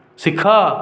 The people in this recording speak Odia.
ଶିଖ